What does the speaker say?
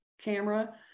camera